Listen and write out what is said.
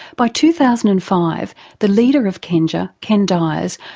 by two thousand and five the leader of kenja, ken dyers,